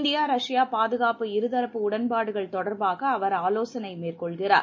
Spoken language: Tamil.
இந்திய ரஷ்யா பாதுகாப்ப இருதரப்பு உடன்பாடுகள் தொடர்பாக அவர் ஆலோசனை மேற்கொள்கிறார்